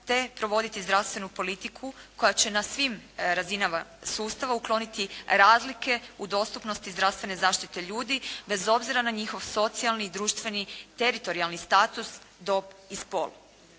te provoditi zdravstvenu politiku koja će na svim razinama sustava ukloniti razlike u dostupnosti zdravstvene zaštite ljudi bez obzira na njihov socijalni, društveni, teritorijalni status, dob i spol.